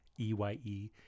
EYE